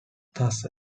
thus